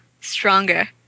stronger